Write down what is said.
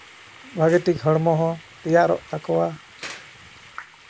ᱵᱷᱟᱜᱮ ᱴᱷᱤᱠ ᱦᱚᱲᱢᱚ ᱦᱚᱸ ᱛᱮᱭᱟᱨᱚᱜ ᱛᱟᱠᱚᱣᱟ